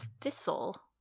thistle